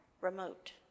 remote